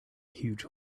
huge